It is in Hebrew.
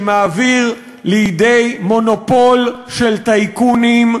שמעביר לידי מונופול של טייקונים,